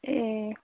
ए